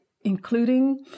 including